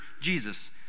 Jesus